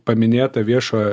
paminėtą viešojo